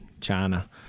China